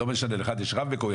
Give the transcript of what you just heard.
לא משנה לאחת יש רב מקומי,